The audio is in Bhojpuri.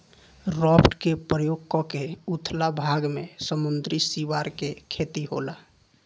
राफ्ट के प्रयोग क के उथला भाग में समुंद्री सिवार के खेती होला